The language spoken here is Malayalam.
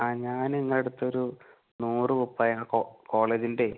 ആ ഞാനിങ്ങടടുത്തൊരു നൂറ് കുപ്പായം കോ കോളേജിൻ്റെ